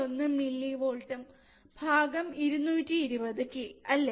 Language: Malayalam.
1 മില്യവോൾട് ഭാഗം 22 0 k അല്ലെ